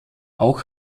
auch